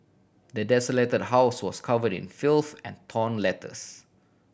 the desolated house was covered in filth and torn letters